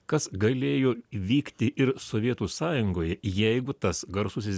kas galėjo vykti ir sovietų sąjungoje jeigu tas garsusis